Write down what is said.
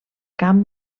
camp